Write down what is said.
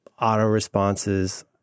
auto-responses